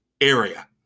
area